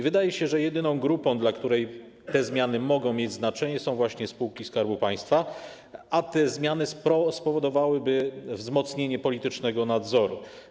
Wydaje się, że jedyną grupą, dla której te zmiany mogą mieć znaczenie, są spółki Skarbu Państwa, a te zmiany spowodowałyby wzmocnienie politycznego nadzoru.